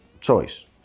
choice